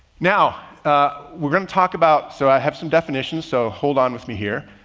now we're going to talk about, so i have some definitions. so hold on with me here.